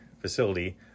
facility